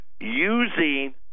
using